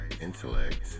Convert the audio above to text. Intellect